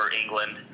England